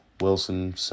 Wilson